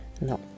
no